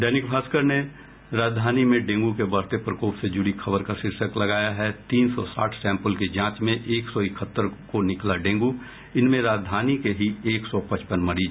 दैनिक भास्कर ने राजधानी में डेंगू के बढ़ते प्रकोप से जूड़ी खबर का शीर्षक लगाया है तीन सौ साठ सैंपल की जांच में एक सौ इकहत्तर को निकला डेंगू इनमें राजधानी के ही एक सौ पचपन मरीज